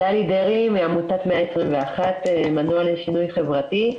אני מעמותת 121 מנוע לשינוי חברתי.